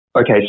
Okay